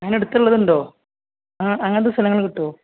അങ്ങനെ അടുത്തള്ളത് ഉണ്ടോ അങ്ങനത്തെ സ്ഥലങ്ങൾ കിട്ടുമോ